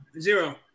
Zero